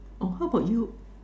oh how about you